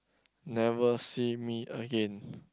never see me again